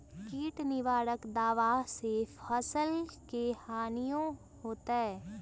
किट निवारक दावा से फसल के हानियों होतै?